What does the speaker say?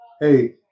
Hey